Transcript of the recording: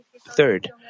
Third